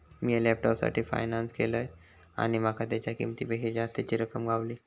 मिया लॅपटॉपसाठी फायनांस केलंय आणि माका तेच्या किंमतेपेक्षा जास्तीची रक्कम गावली